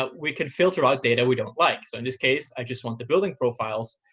but we can filter out data we don't like. so, in this case, i just want the building profiles,